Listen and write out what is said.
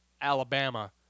Alabama